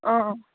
ꯑꯥ